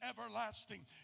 everlasting